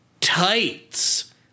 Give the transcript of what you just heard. Tights